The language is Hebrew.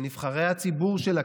שנבחרי הציבור של הכנסת,